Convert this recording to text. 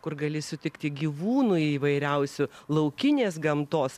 kur gali sutikti gyvūnų įvairiausių laukinės gamtos